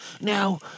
Now